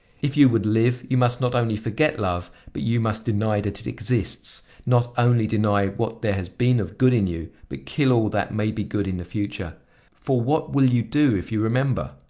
if you would live, you must not only forget love but you must deny that it exists not only deny what there has been of good in you, but kill all that may be good in the future for what will you do if you remember?